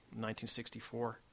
1964